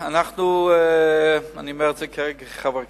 הכנסת, אני אומר את זה כרגע כחבר כנסת,